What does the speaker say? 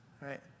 right